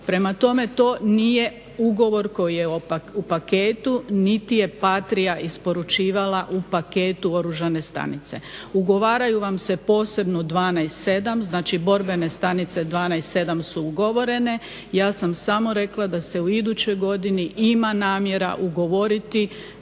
Prema tome, to nije ugovor koji je u paketu niti je Patria isporučivala u paketu oružane stanice. Ugovaraju vam se posebno 12-7 znači borbene stanice 12-7 su ugovorene, ja sam samo rekla da se u idućoj godini ima namjera ugovoriti,